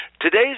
Today's